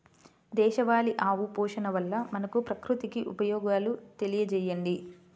దేశవాళీ ఆవు పోషణ వల్ల మనకు, ప్రకృతికి ఉపయోగాలు తెలియచేయండి?